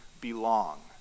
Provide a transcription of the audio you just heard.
belong